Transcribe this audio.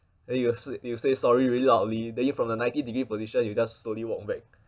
then you s~ you say sorry really loudly then you from the ninety degree position you just slowly walk back